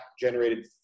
generated